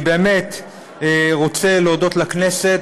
אני באמת רוצה להודות לכנסת.